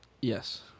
Yes